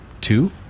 two